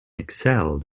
excelled